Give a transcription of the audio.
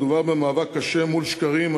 הוא במאבק קשה מול שקרים,